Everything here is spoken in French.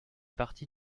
partie